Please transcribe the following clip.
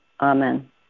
Amen